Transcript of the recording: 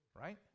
right